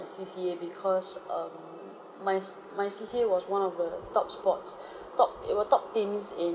C_C_A because um my c~ my C_C_A was one of the top sports top it were top teams in